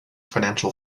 financial